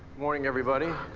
morning, everybody.